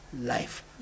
life